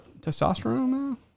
testosterone